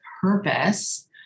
purpose